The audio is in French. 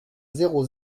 zéro